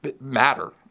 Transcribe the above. matter